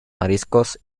mariscos